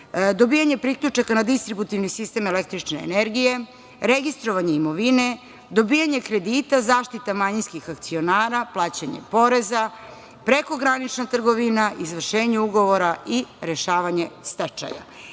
dobijanja priključaka na distributivni sistem električne energije, registrovanje imovine, dobijanja kredita, zaštita manjinskih akcionara, plaćanje poreza, prekogranična trgovina, izvršenje ugovora i rešavanje stečaja. Jedna